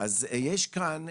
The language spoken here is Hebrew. אז יש כאן,